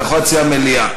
אתה יכול להציע מליאה.